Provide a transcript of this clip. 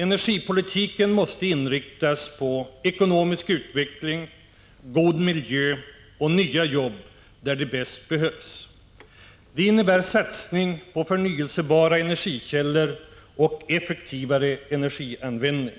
Energipolitiken måste inriktas på ekonomisk utveckling, god miljö och nya jobb där de bäst behövs. Det innebär satsning på förnyelsebara energikällor och effektivare energianvändning.